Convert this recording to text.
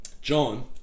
John